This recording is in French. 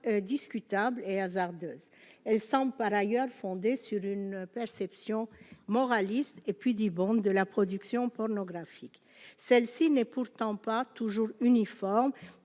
discutable et hasardeuse, elle s'empare ailleurs fondé sur une. Perception moraliste et puis de la production pornographique, celle-ci n'est pourtant pas toujours uniforme